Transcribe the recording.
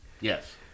Yes